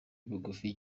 bugufi